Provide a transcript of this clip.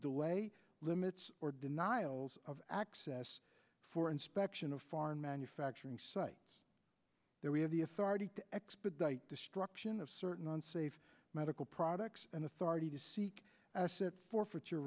delay limits or denials of access for inspection of foreign manufacturing sites that we have the authority to expedite destruction of certain unsafe medical products and authority to seek asset forfeit